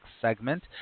segment